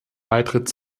beitritt